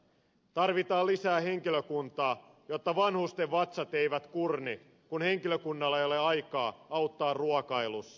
tarvitaan lisää henkilökuntaa jotta vanhusten vatsat eivät kurni kun henkilökunnalla ei ole aikaa auttaa ruokailussa